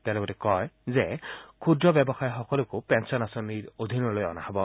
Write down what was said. তেওঁ লগতে কয় যে ক্ষুদ্ৰ ব্যৱসায়ীসকলকো পেঞ্চন আঁচনিৰ অধীনত অনা হ'ব